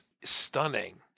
stunning